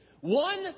One